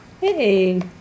Hey